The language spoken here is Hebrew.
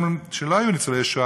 גם כאלה שלא היו ניצולי שואה,